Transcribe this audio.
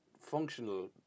functional